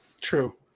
True